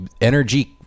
energy